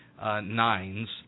nines